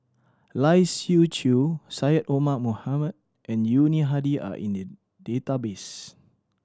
Lai Siu Chiu Syed Omar Mohamed and Yuni Hadi are in the database